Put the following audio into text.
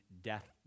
death